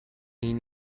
این